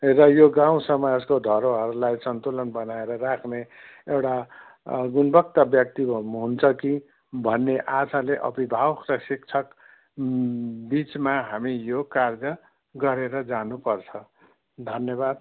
र यो गाउँ समाजको धरोहरलाई सन्तुलन बनाएर राख्ने एउटा गुणवक्त व्यक्ति हुन्छ कि भन्ने आशाले अभिभावक र शिक्षक बिचमा हामी यो कार्य गरेर जानुपर्छ धन्यवाद